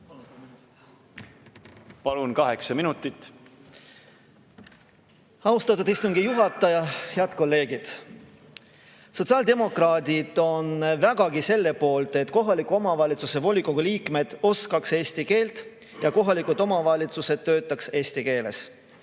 eesti keel! Aitäh! Austatud istungi juhataja! Head kolleegid! Sotsiaaldemokraadid on vägagi selle poolt, et kohaliku omavalitsuse volikogu liikmed oskaks eesti keelt ja kohalikud omavalitsused töötaks eesti keeles.